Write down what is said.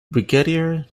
brigadier